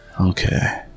Okay